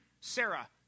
Sarah